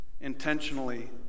intentionally